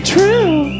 True